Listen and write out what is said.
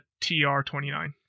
TR29